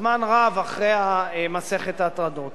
זמן רב אחרי מסכת ההטרדות.